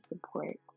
support